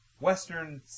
Western